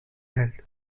health